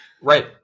Right